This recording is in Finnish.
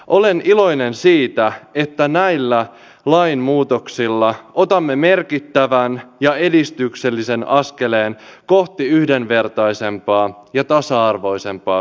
olen iloinen siitä että näillä lainmuutoksilla otamme merkittävän ja edistyksellisen askeleen kohti yhdenvertaisempaa ja tasa arvoisempaa suomea